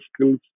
skills